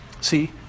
See